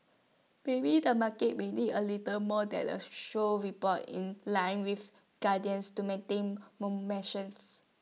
maybe the market might need A little more than A short report in line with guidance to maintain